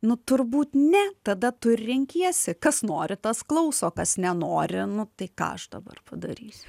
nu turbūt ne tada tu ir renkiesi kas nori tas klauso kas nenori nu tai ką aš dabar padarysiu